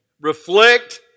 Reflect